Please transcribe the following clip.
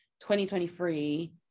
2023